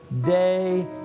day